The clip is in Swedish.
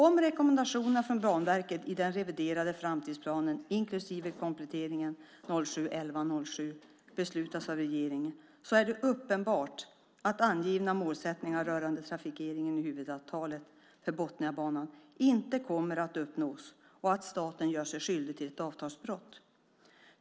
Om rekommendationerna från Banverket i den reviderade framtidsplanen, inklusive kompletteringar från den 7 november 2007, beslutas antas av regeringen är det uppenbart att det angivna målet angående trafikeringen enligt huvudavtalet för Botniabanan inte kommer att uppnås och att staten gör sig skyldig till ett avtalsbrott.